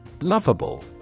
Lovable